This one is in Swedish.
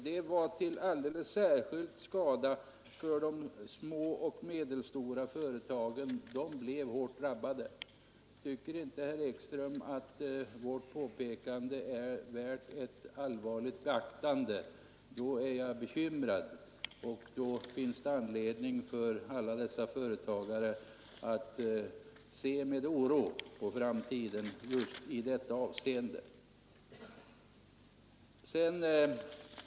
Detta var alldeles särskilt till skada för de små och medelstora företagen som blev hårt drabbade Om inte herr Ekström tycker att vårt påpekande är värt ett allvarligt beaktande, är jag bekymrad. Då finns det anledning för alla dessa företagare att med oro se på framtiden just i detta avseende.